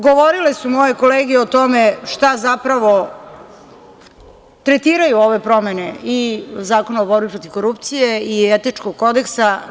Govorile su moje kolege o tome šta zapravo tretiraju ove promene i Zakon o borbi protiv korupcije i etičkog Kodeksa.